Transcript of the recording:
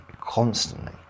constantly